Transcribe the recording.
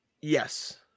yes